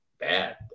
bad